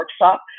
workshop